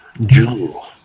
jewel